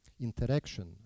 interaction